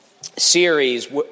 series